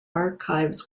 archives